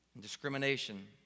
discrimination